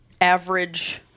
average